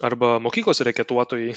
arba mokyklose reketuotojai